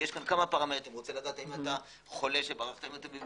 יש כמה פרמטרים רוצה לדעת אם אתה חולה שברח מבידוד,